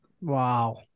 Wow